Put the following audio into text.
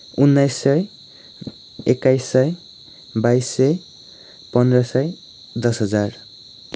उन्नाइस सय एक्काइस सय बाइस सय पन्ध्र सय दस हजार